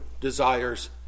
desires